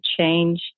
change